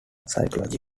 psychology